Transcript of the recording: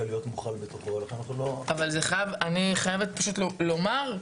להיות מורחב --- אבל אני חייבת לומר,